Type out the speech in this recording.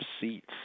seats